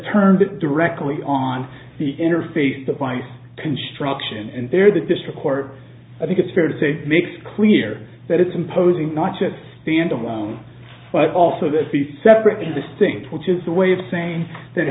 turned it directly on the interface device construction and there the district court i think it's fair to say makes clear that it's imposing not just stand alone but also that the separate and distinct which is the way of saying that it